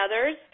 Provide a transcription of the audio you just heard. others